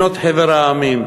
בחבר המדינות,